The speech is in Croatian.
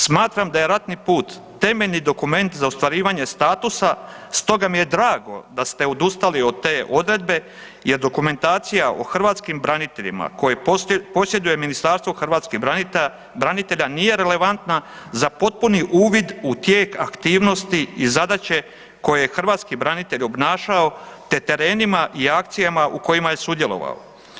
Smatram da je ratni put temeljni dokument za ostvarivanje statusa, stoga mi je drago da ste odustali od te odredbe jer dokumentacija o hrvatskim braniteljima koje posjeduje Ministarstvo hrvatskih branitelja nije relevantna za potpuni uvid u tijek aktivnosti i zadaće koje je hrvatski branitelj obnašao te terenima i akcijama u kojima je sudjelovao.